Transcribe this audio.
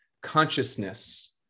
consciousness